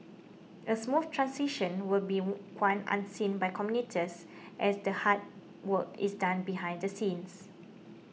a smooth transition will one unseen by commuters as the hard work is done behind the scenes